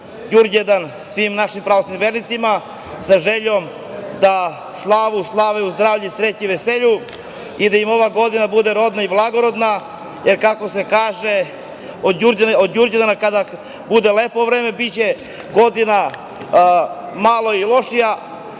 Đurđevdan svim našim pravoslavnim vernicima, sa željom da slavu slave u zdravlju, sreći i veselju i da im ova godina bude rodna i blagorodna. Kako se kaže - od Đurđevdana kada bude lepo vreme, biće godina malo i lošija,